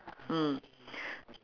mm